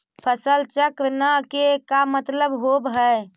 फसल चक्र न के का मतलब होब है?